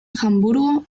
hamburgo